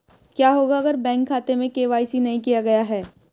क्या होगा अगर बैंक खाते में के.वाई.सी नहीं किया गया है?